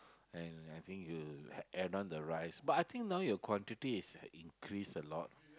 and I think you add on the rice but I think now your quantity is increase a lot